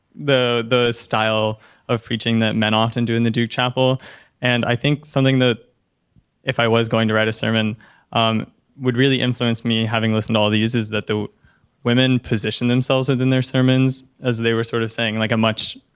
the the style of preaching that men often do in the duke chapel and i think something that if i was going to write a sermon um would really influence me having listened to all these, is that the women position themselves within their sermons as they were sort of saying like, a much,